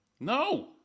no